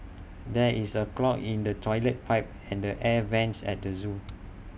there is A clog in the Toilet Pipe and the air Vents at the Zoo